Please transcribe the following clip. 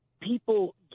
people